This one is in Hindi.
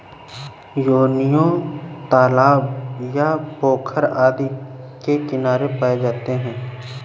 योनियों तालाब या पोखर आदि के किनारे पाए जाते हैं